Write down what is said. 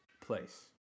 place